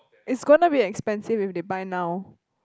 it's gonna be expensive if they buy now